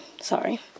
sorry